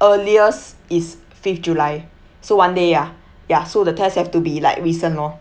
earliest is fifth july so one day ya ya so the tests have to be like recent lor